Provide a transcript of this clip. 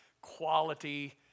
quality